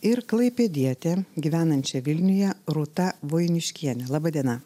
ir klaipėdiete gyvenančia vilniuje rūta voiniškiene laba diena